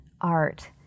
art